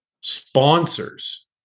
sponsors